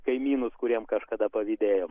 kaimynus kuriem kažkada pavydėjom